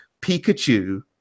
Pikachu